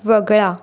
वगळा